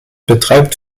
betreibt